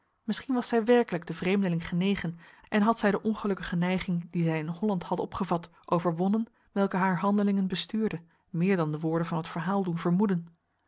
misschien was zij werkelijk den vreemdeling genegen en had zij de ongelukkige neiging die zij in holland had opgevat overwonnen welke haar handelingen bestuurde meer dan de woorden van het verhaal doen vermoeden